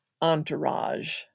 entourage